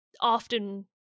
often